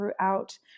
throughout